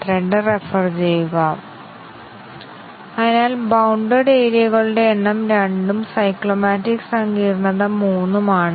തുടർന്ന് a 10 തെറ്റാണെങ്കിൽ മറ്റുള്ളവ മുമ്പത്തെപ്പോലെ തെറ്റായ സത്യമെന്ന് കണക്കാക്കുമ്പോൾ